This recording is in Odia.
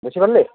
ବେଶୀ ବଢ଼ିଲେ